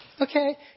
Okay